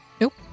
nope